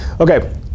Okay